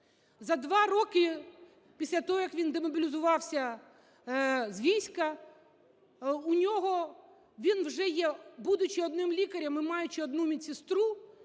За два роки після того, як він демобілізувався з війська, у нього, він вже є, будучи одним лікарем і маючи одну медсестру,